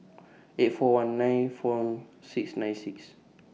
eight four one nine four six nine six